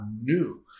new